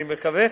אני מקווה,